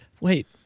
Wait